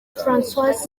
françois